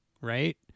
right